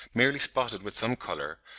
merely spotted with some colour,